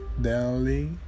daily